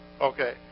Okay